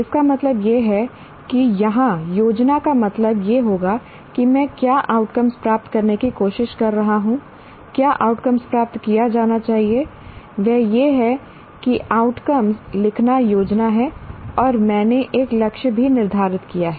इसका मतलब यह है कि यहां योजना का मतलब यह होगा कि मैं क्या आउटकम्स प्राप्त करने की कोशिश कर रहा हूं क्या आउटकम्स प्राप्त किया जाना चाहिए वह यह है कि आउटकम्स लिखना योजना है और मैंने एक लक्ष्य भी निर्धारित किया है